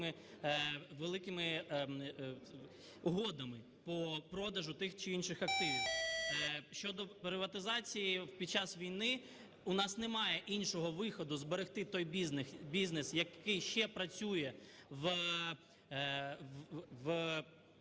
великими угодами по продажу тих чи інших активів. Щодо приватизації під час війни, у нас немає іншого виходу, зберегти той бізнес, який ще працює на